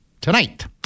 tonight